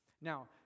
Now